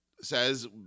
says